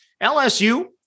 LSU